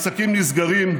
עסקים נסגרים,